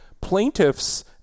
plaintiffs